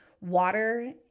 water